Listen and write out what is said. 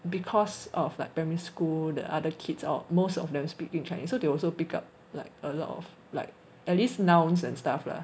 because of like primary school the other kids or most of them speak in chinese so they also pick up like a lot of like at least nouns and stuff lah